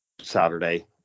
Saturday